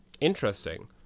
Interesting